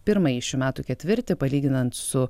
pirmąjį šių metų ketvirtį palyginant su